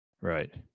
right